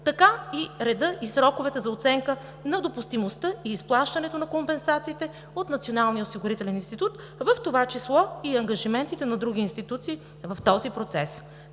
така и редът и сроковете за оценка на допустимостта и изплащането на компенсациите от Националния осигурителен институт, в това число и ангажиментите на други институции в този процес.